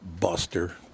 Buster